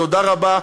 תודה רבה,